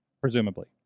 presumably